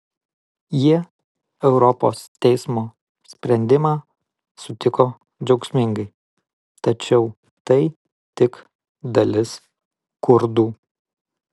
jie europos teismo sprendimą sutiko džiaugsmingai tačiau tai tik dalis kurdų